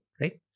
right